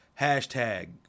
Hashtag